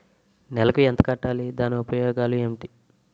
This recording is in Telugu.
నెలకు ఎంత కట్టాలి? దాని ఉపయోగాలు ఏమిటి?